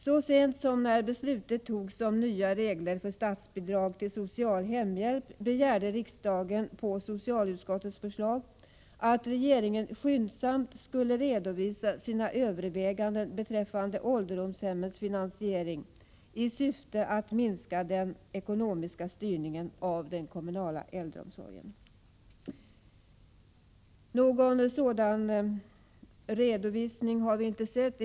Så sent som när beslutet om nya regler för statsbidrag till social hemhjälp togs begärde riksdagen, på socialutskottets förslag, att regeringen skyndsamt skulle redovisa sina överväganden beträffande ålderdomshemmens finansiering, i syfte att minska den ekonomiska styrningen av den kommunala äldreomsorgen. Någon sådan redovisning har vi inte sett.